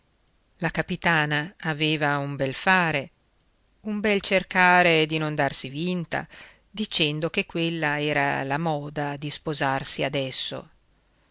la capitana aveva un bel fare un bel cercare di non darsi vinta dicendo che quella era la moda di sposarsi adesso